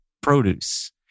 produce